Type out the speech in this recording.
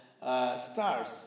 stars